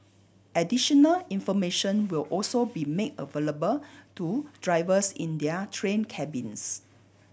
additional information will also be made available to drivers in their train cabins